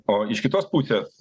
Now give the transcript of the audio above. o iš kitos pusės